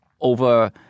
over